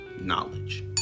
knowledge